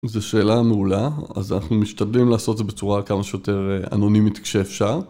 זו שאלה מעולה, אז אנחנו משתדלים לעשות זה בצורה כמה שיותר אנונימית כשאפשר.